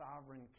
sovereign